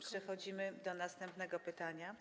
Przechodzimy do następnego pytania.